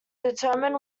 determine